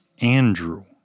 Andrew